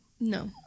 no